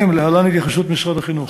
התייחסות משרד החינוך: